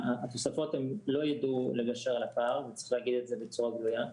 התוספות לא ידעו לגשר על הפער וצריך להגיד את זה בצורה גלויה,